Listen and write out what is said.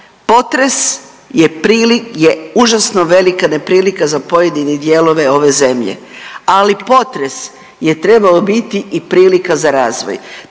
je užasno velika neprilika za pojedine dijelove ove zemlje, ali potres je trebao biti i prilika za razvoj.